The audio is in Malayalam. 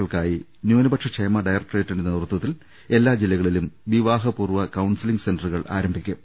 ക്കൾക്കായി ന്യൂനപക്ഷ ക്ഷേമ ഡയറക്ട്രേറ്റിന്റെ നേതൃത്വത്തിൽ മുഴുവൻ ജില്ലകളിലും വിവാഹപൂർവ്വ കൌൺസിലിംഗ് സെന്ററുകൾ ആരംഭിക്കും